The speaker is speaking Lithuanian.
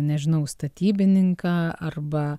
nežinau statybininką arba